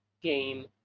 game